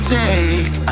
take